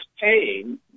paying